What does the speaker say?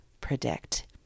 predict